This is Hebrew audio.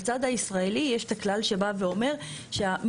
בצד הישראלי יש את הכלל שבא ואומר שמישהו